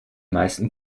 meisten